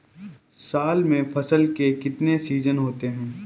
साल में फसल के कितने सीजन होते हैं?